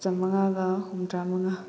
ꯆꯥꯝꯃꯉꯥꯒ ꯍꯨꯝꯗ꯭꯭ꯔꯥ ꯃꯉꯥ